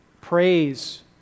praise